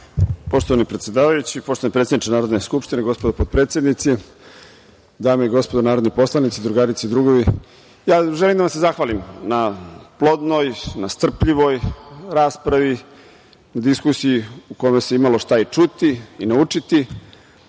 Poštovani predsedavajući, poštovani predsedniče Narodne skupštine, gospodo potpredsednici, dame i gospodo narodni poslanici, drugarice i drugovi, želim da vam se zahvalim na plodnoj, na strpljivoj raspravi, diskusiji u kojoj se imalo šta i čuti i naučiti,